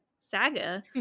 saga